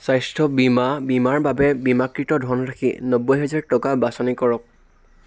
স্বাস্থ্য বীমা বীমাৰ বাবে বীমাকৃত ধনৰাশি নব্বৈ হেজাৰ টকা বাচনি কৰক